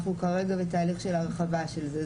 אנחנו כרגע בתהליך של הרחבה של זה.